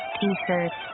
T-shirts